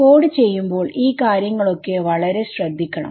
code ചെയ്യുമ്പോൾ ഈ കാര്യങ്ങൾ ഒക്കെ വളരെ ശ്രദ്ധിക്കണം